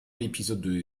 l’épisode